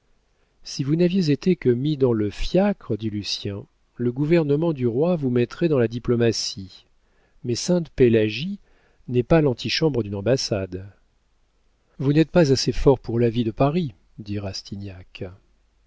si vous n'aviez été que mis dans le fiacre dit lucien le gouvernement du roi vous mettrait dans la diplomatie mais sainte-pélagie n'est pas l'antichambre d'une ambassade vous n'êtes pas assez fort pour la vie de paris dit rastignac